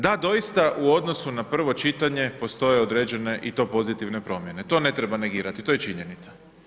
Da doista, u odnosu na prvo čitanje, postoje određene i to pozitivne promijene, to ne treba negirati, to je činjenica.